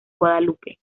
guadalupe